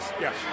Yes